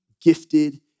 gifted